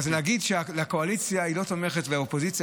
להגיד שקואליציה היא לא תומכת ואופוזיציה